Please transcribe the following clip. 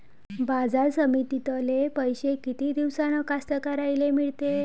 बाजार समितीतले पैशे किती दिवसानं कास्तकाराइले मिळते?